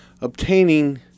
obtaining